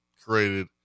created